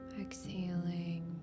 Exhaling